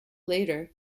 latter